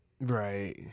Right